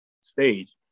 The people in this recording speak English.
stage